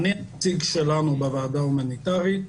אני נציג שלנו בוועדה ההומניטרית.